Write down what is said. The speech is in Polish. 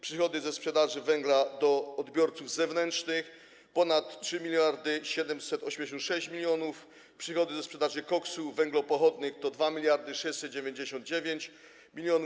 Przychody ze sprzedaży węgla do odbiorców zewnętrznych to ponad 3786 mln, przychody ze sprzedaży koksu, węglopochodnych to 2699 mln.